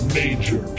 major